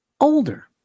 older